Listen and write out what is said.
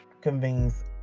convenes